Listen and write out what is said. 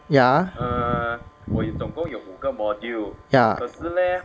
ya